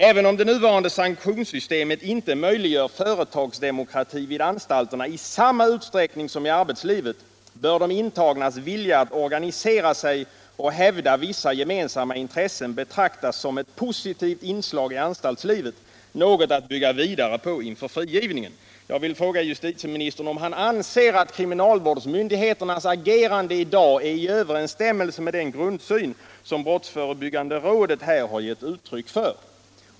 Även om det nuvarande sanktionssystemet inte möjliggör företagsdemokrati vid anstalterna i samma utsträckning som i arbetslivet, bör de intagnas vilja att organisera sig och hävda vissa gemensamma intressen betraktas som ett positivt inslag 1 i anstaltslivet — något att bygga vidare på inför frigivningen.” Jag vill fråga justitieministern om han anser att kriminalvårdsmyndigheternas agerande i dag är i överensstämmelse med den grundsyn som brottsförebyggande rådet här har gett uttryck för.